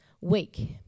week